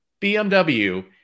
BMW